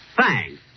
Thanks